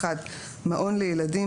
מעון לילדים,